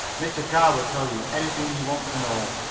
mr. carr will tell you anything you want to know.